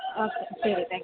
okay ശരി thank you